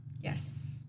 Yes